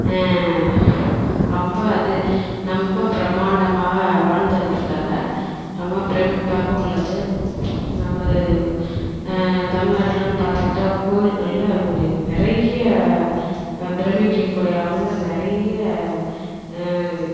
ரொம்ப அது ரொம்ப பிரம்மாண்டமாக வாழ்ந்து வந்துருக்காங்க ரொம்ப பிரம்மிப்பாக உள்ளது நமது தமிழ்நாட்டிலன்னு பார்த்துக்கிட்டா கோயில்களில் நிறைய பிரம்மிக்கக்கூடிய அளவில் நிறைய